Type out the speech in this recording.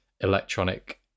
electronic